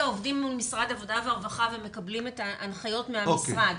עובדים מול משרד העבודה והרווחה ומקבלים את ההנחיות מהמשרד.